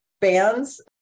bands